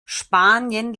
spanien